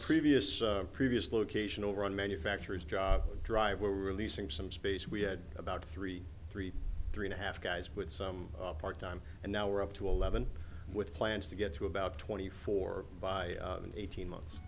previous previous locational run manufacturers job would drive we're releasing some space we had about three three three and a half guys with some part time and now we're up to eleven with plans to get to about twenty four by eighteen months